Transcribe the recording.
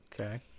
Okay